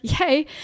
Yay